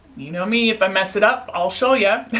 you know me if i mess it up i'll show yeah yeah